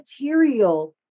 material